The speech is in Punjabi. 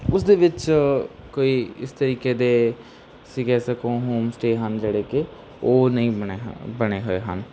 ਉਸਦੇ ਵਿੱਚ ਕੋਈ ਇਸ ਤਰੀਕੇ ਦੇ ਤੁਸੀਂ ਕਹਿ ਸਕੋਂ ਹੋਮ ਸਟੇਅ ਹਨ ਜਿਹੜੇ ਕੇ ਉਹ ਨਹੀਂ ਬਣੇ ਹ ਬਣੇ ਹੋਏ ਹਨ